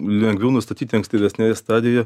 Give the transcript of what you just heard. lengviau nustatyti ankstyvesnėje stadijoje